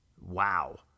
wow